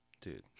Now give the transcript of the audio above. Dude